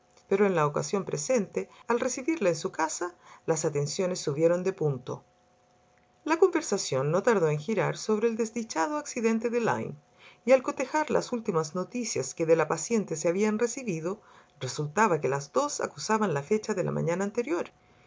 pero en la ocasión presente al recibirla en su casa las atenciones subieron de punto la conversación no tardó en girar sobre el desdichado accidente de lyme y al cotejar las últimas noticias que de la paciente se habían recibido resultaba que las dos acusaban la fecha de la mañana anterior